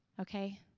okay